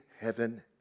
heaven